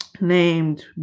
named